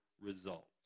results